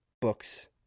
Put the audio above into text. books